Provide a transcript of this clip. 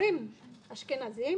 עוברים אשכנזים